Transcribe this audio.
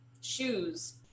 shoes